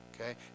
okay